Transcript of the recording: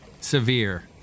Severe